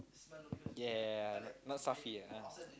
yeah not stuffy ah